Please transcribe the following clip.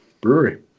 brewery